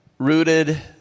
rooted